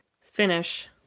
finish